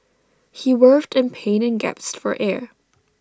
he writhed in pain and gasped for air